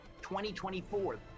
2024